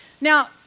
Now